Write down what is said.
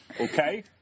Okay